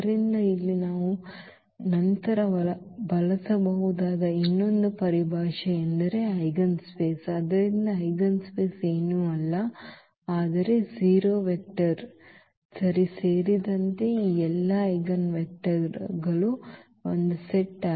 ಆದ್ದರಿಂದ ಇಲ್ಲಿ ನಾವು ನಂತರ ಬಳಸಬಹುದಾದ ಇನ್ನೊಂದು ಪರಿಭಾಷೆ ಎಂದರೆ ಐಜೆನ್ಸ್ಪೇಸ್ ಆದ್ದರಿಂದ ಐಜೆನ್ಸ್ಪೇಸ್ ಏನೂ ಅಲ್ಲ ಆದರೆ 0 ವೆಕ್ಟರ್ ಸರಿ ಸೇರಿದಂತೆ ಈ ಎಲ್ಲಾ ಐಜೆನ್ವೆಕ್ಟರ್ಗಳ ಸೆಟ್